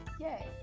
Yay